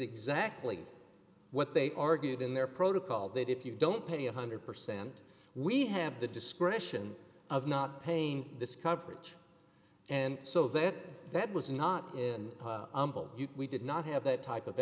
exactly what they argued in their protocol that if you don't pay one hundred percent we have the discretion of not paying this coverage and so that that was not in you we did not have that type of